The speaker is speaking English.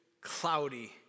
cloudy